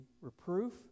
reproof